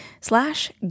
slash